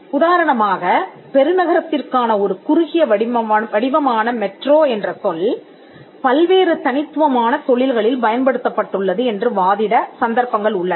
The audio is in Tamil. உதாரணமாக பெருநகரத்திற்கான ஒரு குறுகிய வடிவமான மெட்ரோ என்ற சொல் பல்வேறு தனித்துவமான தொழில்களில் பயன்படுத்தப்பட்டுள்ளது என்று வாதிட சந்தர்ப்பங்கள் உள்ளன